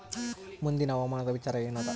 ಮುಂದಿನ ಹವಾಮಾನದ ವಿಚಾರ ಏನದ?